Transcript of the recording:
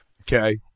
Okay